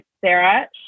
Sarah